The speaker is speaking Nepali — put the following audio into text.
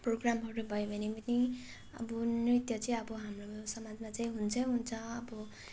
प्रोग्रामहरू भयो भने पनि अब नृत्य चाहिँ अब हाम्रोमा समाजमा चाहिँ हुन्छै हुन्छ अब